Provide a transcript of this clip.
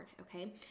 okay